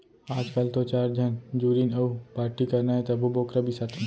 आजकाल तो चार झन जुरिन अउ पारटी करना हे तभो बोकरा बिसाथें